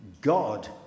God